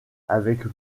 avec